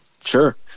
Sure